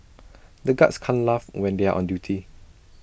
the guards can't laugh when they are on duty